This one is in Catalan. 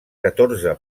catorze